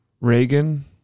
Reagan